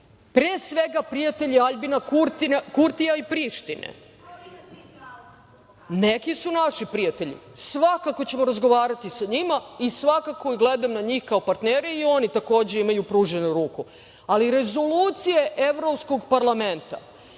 pre svega prijatelji Aljbina Kurtija i Prištine, neki su naši prijatlji. Svakako ćemo razgovarati sa njima i svakako gledam na njih kao partnere i oni takođe imaju pruženu ruku, ali rezolucije Evropskog parlamenta